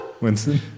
Winston